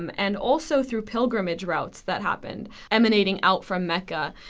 um and also through pilgramage routes that happened, emanating out from mecca.